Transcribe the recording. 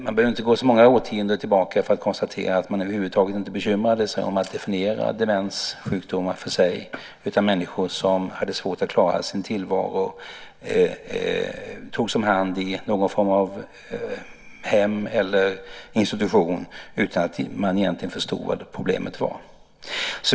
Man behöver inte gå så många årtionden tillbaka för att konstatera att man över huvud taget inte bekymrade sig om att definiera demenssjukdomar för sig. Människor som hade svårt att klara sin tillvaro togs om hand i någon form av hem eller institution utan att man egentligen förstod vad problemet var.